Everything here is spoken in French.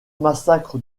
massacre